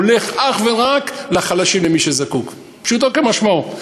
הוא הולך אך ורק לחלשים ולמי שזקוק, פשוטו כמשמעו.